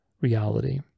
reality